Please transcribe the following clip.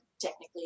technically